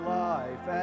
life